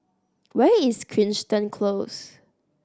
where is Crichton Close